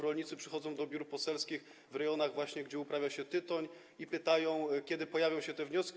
Rolnicy przychodzą do biur poselskich w rejonach, gdzie uprawia się tytoń, i pytają, kiedy pojawią się te wnioski.